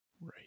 Right